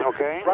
Okay